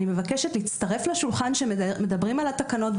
אני מבקשת להצטרף לשולחן שמדברים על התקנות,